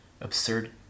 absurd